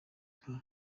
nka